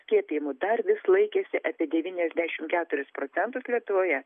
skiepijimų dar vis laikėsi apie devyniasdešim keturis procentus lietuvoje